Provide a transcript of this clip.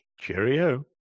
cheerio